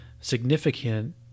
significant